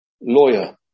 lawyer